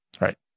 Right